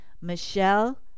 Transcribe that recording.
michelle